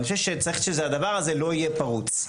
אני חושב שצריך שהדבר הזה לא יהיה פרוץ.